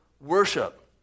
worship